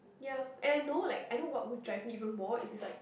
ya I know like I know what would drive me even more if it's like